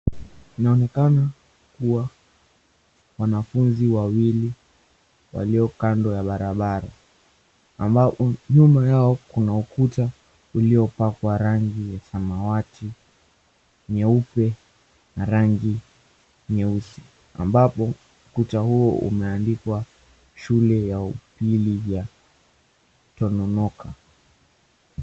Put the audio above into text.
Inaonekana kuwa wanafunzi wawili walio kando ya barabara ambapo nyuma yao kuna ukuta uliopakwa rangi ya samawati, nyeupe na rangi nyeusi. Ambapo kuta huo umeandikwa Shule ya Upili ya Tononoka.